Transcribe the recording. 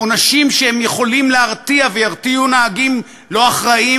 עונשים שיכולים להרתיע וירתיעו נהגים לא אחראיים